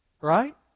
Right